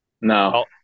No